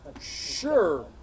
sure